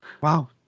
Wow